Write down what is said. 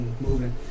moving